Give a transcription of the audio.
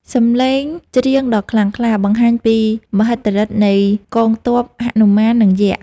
សំឡេងច្រៀងដ៏ខ្លាំងក្លា បង្ហាញពីមហិទ្ធិឫទ្ធិនៃកងទ័ពហនុមាន និងយក្ស។